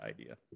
idea